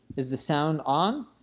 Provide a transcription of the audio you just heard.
is the sound on?